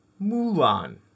Mulan